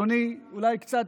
אדוני, אולי קצת,